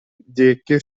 диэки